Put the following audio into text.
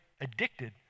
addicted